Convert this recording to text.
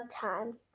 time